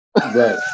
Right